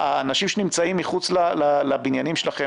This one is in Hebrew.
אנשים שנמצאים מחוץ לבניינים שלכם,